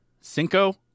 Cinco